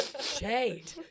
Shade